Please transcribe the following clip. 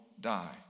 die